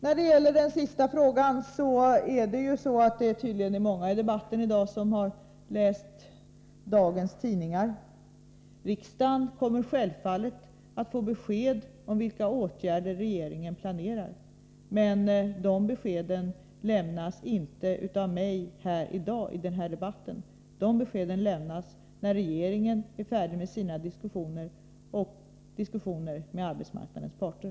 När det gäller den sista frågan är det tydligen många i debatten i dag som har läst dagens tidningar. Riksdagen kommer självfallet att få besked om vilka åtgärder regeringen planerar. Men dessa besked lämnas inte av mig här i dagi den här debatten. Beskeden lämnas när regeringen är färdig med sina diskussioner och efter diskussioner med arbetsmarknadens parter.